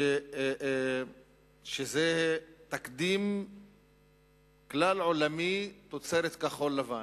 שזה תקדים כלל-עולמי תוצרת כחול-לבן.